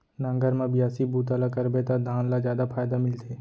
नांगर म बियासी बूता ल करबे त धान ल जादा फायदा मिलथे